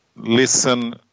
Listen